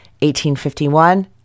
1851